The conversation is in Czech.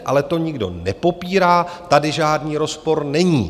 Ale to nikdo nepopírá, tady žádný rozpor není.